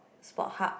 sport hub